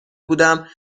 بودم